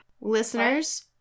Listeners